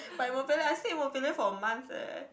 but I bo pian lah I stay in for a month eh